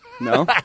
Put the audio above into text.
No